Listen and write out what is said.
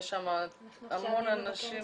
יש שם המון אנשים,